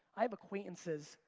i have acquaintances,